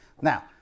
now